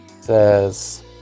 Says